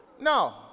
no